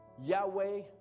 Yahweh